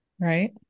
right